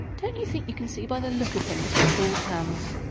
don't you think you can see by the look of him that he's called hans?